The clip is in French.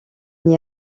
n’y